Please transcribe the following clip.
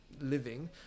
living